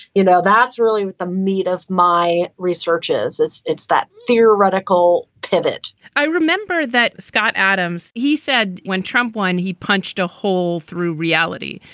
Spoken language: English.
you know, that's really the meat of my researches. it's it's that theoretical pivot i remember that scott adams, he said when trump won, he punched a hole through reality.